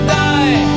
die